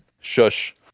shush